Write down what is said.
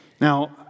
Now